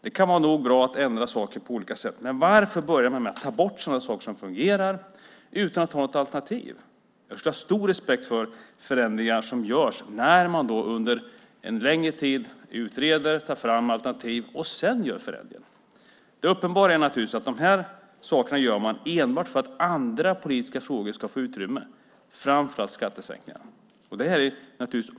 Det kan nog vara bra att ändra saker på olika sätt, men varför börja med att ta bort sådana saker som fungerar utan att ha något alternativ? Jag kan ha stor respekt för förändringar om de görs efter att man under en längre tid har utrett och tagit fram alternativ. Det uppenbara är att man gör de här sakerna enbart för att andra politiska frågor ska få utrymme, framför allt skattesänkningar.